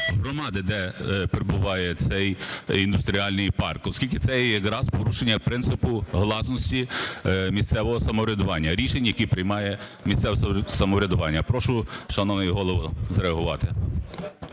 громади, де перебуває цей індустріальний парк, оскільки це є якраз порушення принципу гласності місцевого самоврядування, рішень, які приймає місцеве самоврядування. Прошу, шановний Голово, зреагувати.